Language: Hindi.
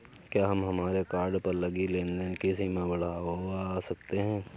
क्या हम हमारे कार्ड पर लगी लेन देन की सीमा बढ़ावा सकते हैं?